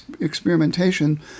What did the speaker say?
experimentation